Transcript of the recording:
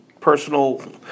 personal